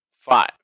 Five